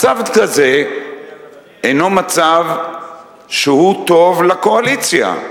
מצב כזה אינו מצב שהוא טוב לקואליציה.